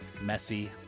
messy